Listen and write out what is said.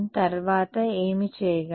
విద్యార్థి మొదటి సమీకరణం యొక్క కర్ల్